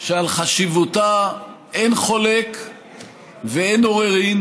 שעל חשיבותה אין חולק ואין עוררין,